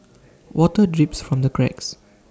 water drips from the cracks